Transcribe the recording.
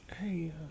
hey